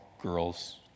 girls